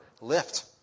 lift